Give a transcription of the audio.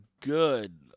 good